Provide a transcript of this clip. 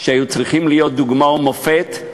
שהיו צריכים להיות דוגמה ומופת,